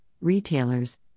retailers